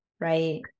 right